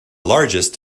largest